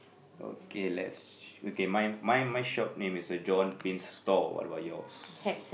okay let's okay my my my short name is a John Paints Store what about yours